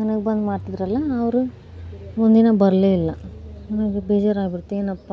ನನಗೆ ಬಂದು ಮಾಡ್ತಿದ್ರಲ್ಲ ಅವರು ಒಂದಿನ ಬರಲೇ ಇಲ್ಲ ನನಗೆ ಬೇಜಾರಾಗಿ ಬಿಡ್ತು ಏನಪ್ಪ